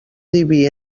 diví